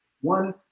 one